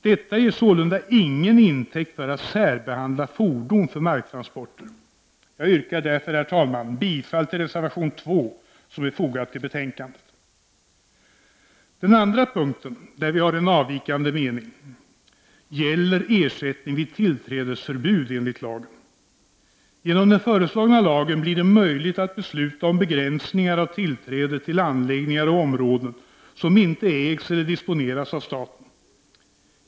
Detta ger sålunda ingen intäkt för att särbehandla fordon för marktransporter. Jag yrkar därför, herr talman, bifall till reservation 2 som är fogad till betänkandet. Den andra punkten där vi har en avvikande mening gäller ersättning vid tillträdesförbud enligt lagen. Genom den föreslagna lagen blir det möjligt att besluta om begränsningar av tillträde till anläggningar och områden som inte ägs eller disponeras av staten.